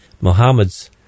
muhammad's